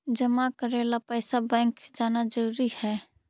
जमा करे ला पैसा बैंक जाना जरूरी है?